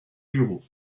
bureau